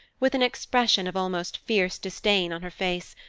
with an expression of almost fierce disdain on her face,